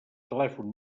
telèfon